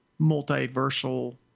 multiversal